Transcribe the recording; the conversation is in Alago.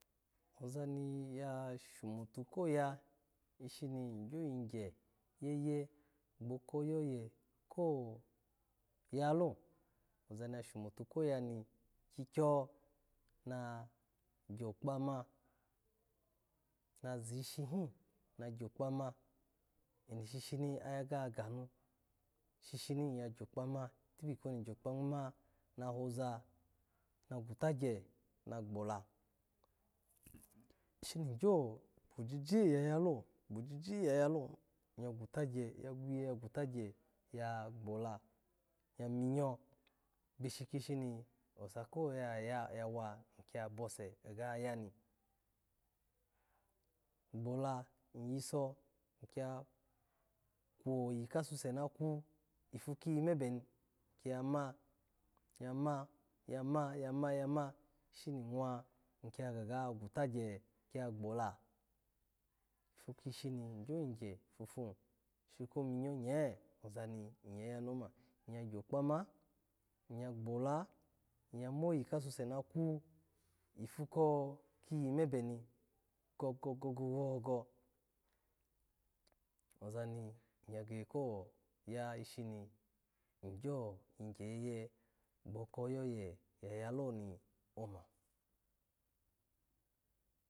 Oza ni ya shomotu koya, igyo yigye yeye ni gyo kpoko oyoye ko yalo, oza ni ya shamotu koya ni ikyi kyo na gyokpa ma, na zishi hi, na gyokpa ma, eno shishi ayaga yaga nu shishi iyagyo kpa ma tikpi hoki gyo kpa ma nahoza, nagwuta gye magbola ishi ni ojijiya yalo, gbojije ya yalo na gwutagy gneinye ya gbola yaminye gbashi kishi oya koyo ya, wa, iki ya bose gagaha ni, gbola oyiso oki ya kwoyi kase na gkwu ipu kiyi mebe ni yama, yama, yama yama yama ishini mwa oki ga gwu bagye ya gbola, ipu ishi ni igyo yigye fofu ipu ko minyo nye eza ni iya yani ma, iya gyokpa ma, iya gbola, iya moyi kasu se na kwu ipu ko iyi mebe ni gogo-gogo oza ni iya guge koya ishi ni igyo yigye yeye, gboko oyeye ya loni oma.